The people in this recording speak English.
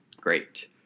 great